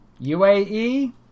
UAE